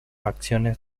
acciones